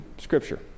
scripture